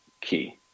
key